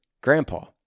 grandpa